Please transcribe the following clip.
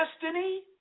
destiny